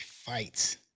fights